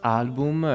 album